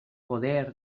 poder